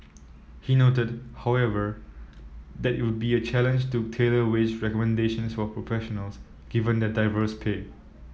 he noted however that it would be a challenge to tailor wage recommendations for professionals given their diverse pay